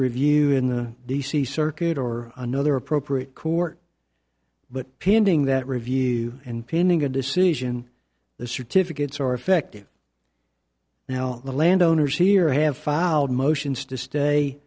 review in the d c circuit or another appropriate court but pinning that review and pinning a decision the certificates are effective you know the landowners here have filed motions to stay